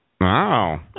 Wow